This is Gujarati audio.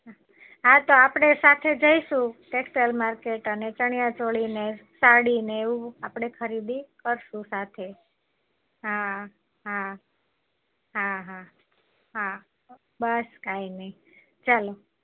હા તો આપણે સાથે જઈશું ટેક્સટાઇલ માર્કેટ અને ચણીયા ચોળીને સાડીને એવું આપણે ખરીદી કરશું સાથે હા હા હા હા હા બસ કાંઈ નઈ ચાલો